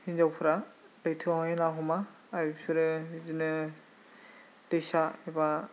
हिनजावफोरा लैथोआवहाय ना हमा आरो बिसोरो बिदिनो दैसा एबा